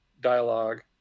dialogue